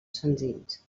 senzills